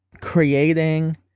creating